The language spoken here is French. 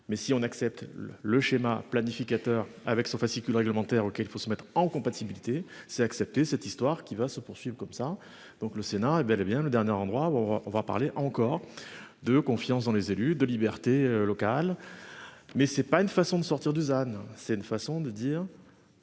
Mais si on accepte le schéma planificateur avec son fascicule réglementaires. Il faut se mettre en compatibilité c'est accepter cette histoire qui va se poursuivent comme ça donc. Le Sénat est bel et bien le dernier endroit où on va parler encore de confiance dans les élus de liberté locales. Mais c'est pas une façon de sortir Dusan c'est une façon de dire.